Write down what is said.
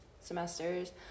semesters